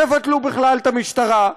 תבטלו בכלל את המשטרה,